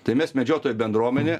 tai mes medžiotojų bendruomenė